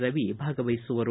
ರವಿ ಭಾಗವಹಿಸುವರು